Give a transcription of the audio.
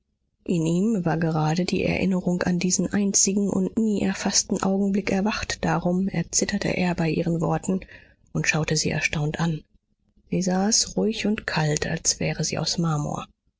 in ihm war gerade die erinnerung an diesen einzigen und nie erfaßten augenblick erwacht darum erzitterte er bei ihren worten und schaute sie erstaunt an sie saß ruhig und kalt als wäre sie aus marmor